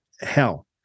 hell